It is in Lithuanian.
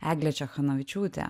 eglė čechanavičiūtė